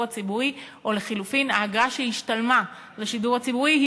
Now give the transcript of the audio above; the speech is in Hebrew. הציבורי או לחלופין האגרה שהשתלמה לשידור הציבורי.